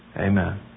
Amen